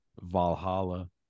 Valhalla